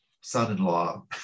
son-in-law